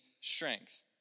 strength